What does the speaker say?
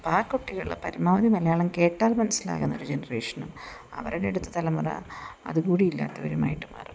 അപ്പം ആ കുട്ടികള് പരമാവധി മലയാളം കേട്ടാൽ മനസ്സിലാകുന്നൊരു ജനറേഷനും അവരുടെ അടുത്ത തലമുറ അത് കൂടിയില്ലാത്തവരുമായിട്ടുമാറും